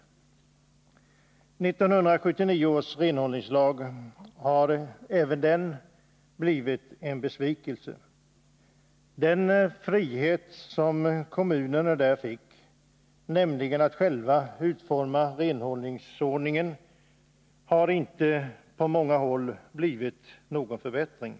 Även 1979 års renhållningslag har blivit en besvikelse. Den frihet som kommunerna där fick, nämligen att själva utforma renhållingsordningen, har på många håll inte blivit någon förbättring.